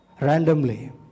randomly